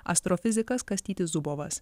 astrofizikas kastytis zubovas